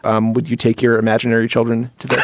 um would you take your imaginary children to this?